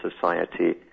society